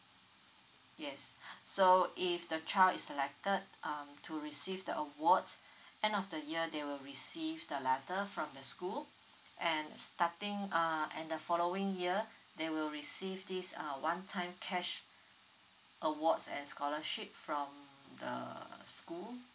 yes so if the child is selected um to receive the awards end of the year they will receive the letter from the school and starting err and the following year they will receive this err one time cash awards and scholarship from the school